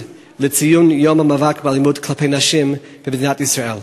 בציון יום המאבק באלימות כלפי נשים במדינת ישראל.